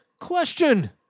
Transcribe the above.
question